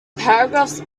paragraphs